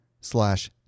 slash